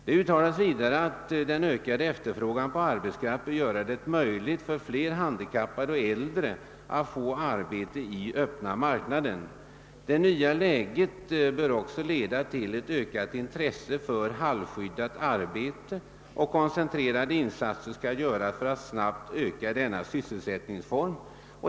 Det uttalas vidare att den ökade efterfrågan på arbetskraft bör göra det möjligt för fler handikappade och äldre att få arbete i öppna marknaden. Det nya läget bör också leda till ökat intresse för halvskyddat arbete, och koncentrerade insatser skall göras för att snabbt öka denna sysselsättningsform.